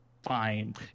fine